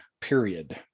period